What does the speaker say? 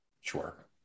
sure